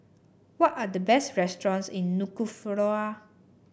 what are the best restaurants in Nuku'alofa